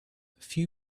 few